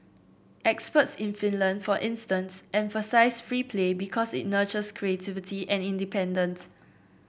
experts in Finland for instance emphasise free play because it nurtures creativity and independence